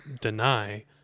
deny